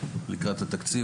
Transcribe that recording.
לקראת התקציב,